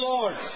Lord